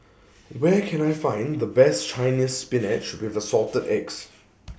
Where Can I Find The Best Chinese Spinach with Assorted Eggs